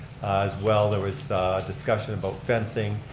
as well, there was discussion about fencing,